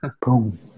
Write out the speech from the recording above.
Boom